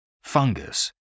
fungus